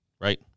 Right